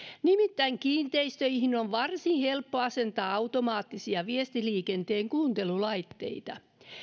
nimittäin kiinteistöihin on varsin helppo asentaa automaattisia viestiliikenteen kuuntelulaitteita